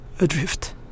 Adrift